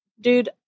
Dude